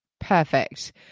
Perfect